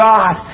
God